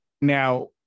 Now